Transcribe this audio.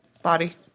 body